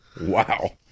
Wow